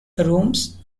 rooms